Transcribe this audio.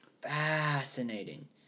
Fascinating